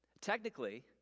Technically